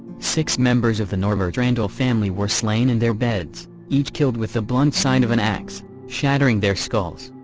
six members of the norbert randall family were slain in their beds, each killed with the blunt side of an ax, shattering their skulls.